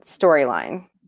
storyline